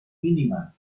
mínima